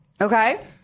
Okay